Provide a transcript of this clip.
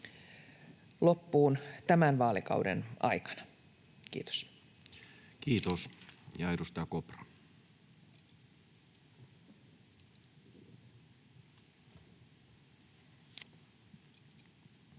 loppuun tämän vaalikauden aikana. — Kiitos.